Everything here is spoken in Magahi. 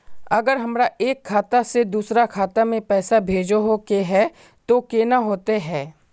अगर हमरा एक खाता से दोसर खाता में पैसा भेजोहो के है तो केना होते है?